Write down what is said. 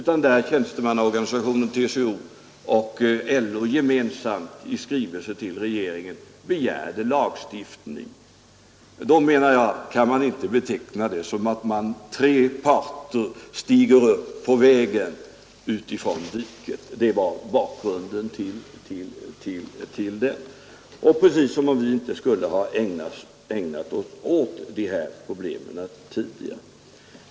TCO och LO vände sig gemensamt i en skrivelse till regeringen och begärde lagstiftning. Det, menar jag, kan man inte beteckna som att tre Parter stiger ur diket och upp på vägen. Detta var bakgrunden till att jag tog upp de uttalandena. Precis som om vi inte skulle ha ägnat oss åt de här problemen tidigare.